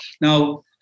Now